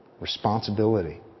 Responsibility